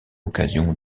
occasion